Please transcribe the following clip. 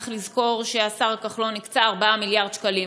צריך לזכור שהשר כחלון הקצה 4 מיליארד שקלים,